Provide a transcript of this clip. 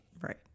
Right